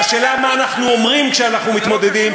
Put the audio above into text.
והשאלה מה אנחנו אומרים כשאנחנו מתמודדים,